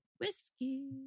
whiskey